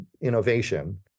innovation